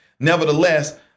Nevertheless